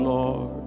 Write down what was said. Lord